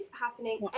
happening